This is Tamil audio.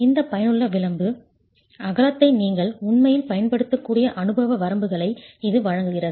இந்த பயனுள்ள விளிம்பு அகலத்தை நீங்கள் உண்மையில் பயன்படுத்தக்கூடிய அனுபவ வரம்புகளை இது வழங்குகிறது